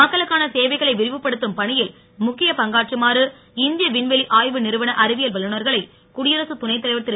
மக்களுக்கான சேவைகளை விரிவுப்படுத்தும் பணியில் முக்கிய பங்காற்றுமாறு இந்திய விண்வெளி ஆய்வு நிறுவன அறிவியல் வல்லுநர்களை குடியரகத் துணைத் தலைவர் திரு